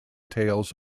tails